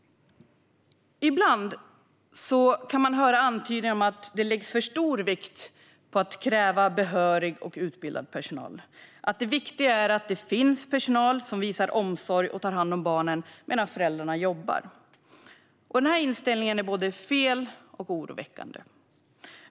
Ibland kan man höra antydningar om att det läggs för stor vikt på att kräva behörig och utbildad personal, att det viktiga är att det finns personal som visar omsorg och tar hand om barnen medan föräldrarna jobbar. Denna inställning är både fel och oroväckande.